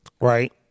Right